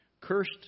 cursed